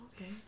Okay